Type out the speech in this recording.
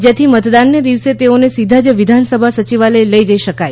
જેથી મતદાનને દિવસે તેઓને સીધા જ વિધાન સભા સચિવાલય લઇ જઈ શકાય